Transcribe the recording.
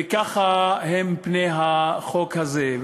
וככה הם פני החוק הזה.